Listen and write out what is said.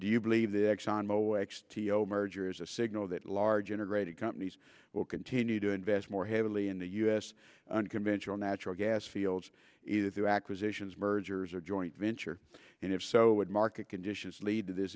do you believe the exxon mobil x t o merger is a signal that large integrated companies will continue to invest more heavily in the u s unconventional natural gas olds either through acquisitions mergers or joint venture and if so would market conditions lead to this